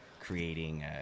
creating